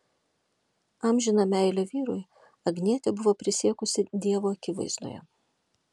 amžiną meilę vyrui agnietė buvo prisiekusi dievo akivaizdoje